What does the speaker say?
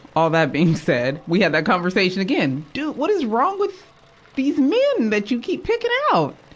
all that being said, we had that conversation again. dude, what is wrong with these men that you keep picking out!